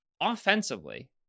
offensively